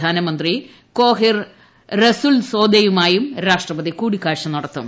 പ്രധാഹി നമന്ത്രി കൊഹിർ റസുൽസോദയുമായും രാഷ്ട്രപതി കൂടിക്കാഴ്ച നടത്തും